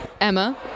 Emma